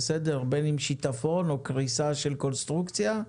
בין אם שיטפון או קריסה של קונסטרוקציה,